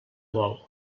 vol